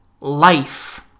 life